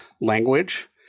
language